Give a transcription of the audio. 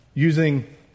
using